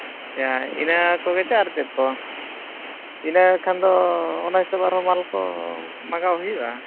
ᱤᱭᱟᱹ ᱤᱱᱟᱹ ᱠᱚᱜᱮ ᱥᱮ ᱟᱨ ᱪᱮᱫ ᱠᱚ ᱤᱱᱟᱹ ᱠᱷᱟᱱ ᱫᱚ ᱚᱱᱟ ᱦᱤᱥᱟᱹᱵᱽ ᱟᱨ ᱦᱚᱸ ᱢᱟᱞ ᱠᱚ ᱢᱟᱜᱟᱣ ᱦᱩᱭᱩᱜᱼᱟ